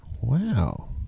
Wow